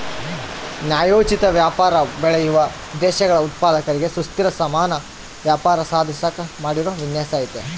ನ್ಯಾಯೋಚಿತ ವ್ಯಾಪಾರ ಬೆಳೆಯುವ ದೇಶಗಳ ಉತ್ಪಾದಕರಿಗೆ ಸುಸ್ಥಿರ ಸಮಾನ ವ್ಯಾಪಾರ ಸಾಧಿಸಾಕ ಮಾಡಿರೋ ವಿನ್ಯಾಸ ಐತೆ